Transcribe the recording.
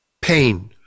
pain